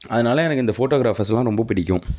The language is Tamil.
அதனால எனக்கு இந்த ஃபோட்டோகிராஃபர்ஸ்லாம் ரொம்ப பிடிக்கும்